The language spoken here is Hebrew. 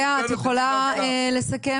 לאה, את יכולה לסכם?